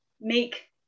make